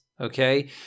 okay